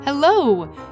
Hello